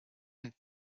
and